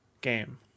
game